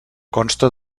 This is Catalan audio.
consta